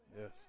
Yes